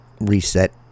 reset